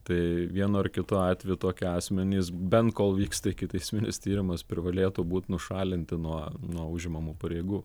tai vienu ar kitu atveju tokie asmenys bent kol vyksta ikiteisminis tyrimas privalėtų būt nušalinti nuo nuo užimamų pareigų